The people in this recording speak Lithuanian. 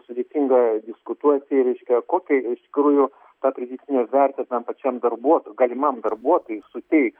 sudėtinga diskutuoti reiškia kokią iš tikrųjų tą pridėtinę vertę tam pačiam darbuotojui galimam darbuotojui suteiks